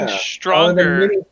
stronger